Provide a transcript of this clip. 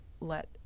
let